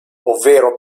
ovvero